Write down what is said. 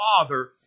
Father